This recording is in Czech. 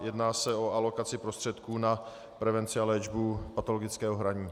Jedná se o alokaci prostředků na prevenci a léčbu patologického hraní.